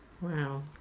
Wow